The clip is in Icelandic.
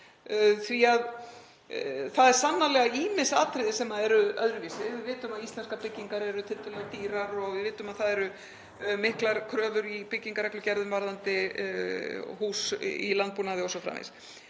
því. Það eru sannarlega ýmis atriði sem eru öðruvísi. Við vitum að íslenskar byggingar eru tiltölulega dýrar og við vitum að það eru miklar kröfur í byggingarreglugerðum varðandi hús í landbúnaði o.s.frv.